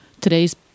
Today's